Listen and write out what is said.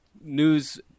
news